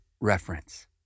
reference